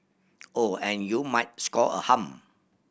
oh and you might score a hum